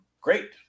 great